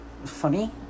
Funny